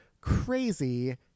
crazy